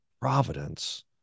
providence